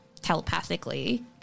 telepathically